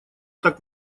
так